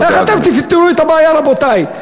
איך אתם תפתרו את הבעיה, רבותי?